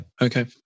Okay